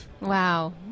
Wow